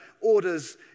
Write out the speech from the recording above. orders